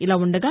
ఇలా ఉండగా